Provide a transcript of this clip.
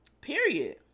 period